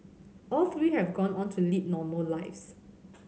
all three have gone on to lead normal lives